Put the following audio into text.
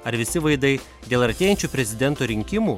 ar visi vaidai dėl artėjančių prezidento rinkimų